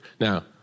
Now